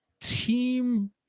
team